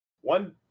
One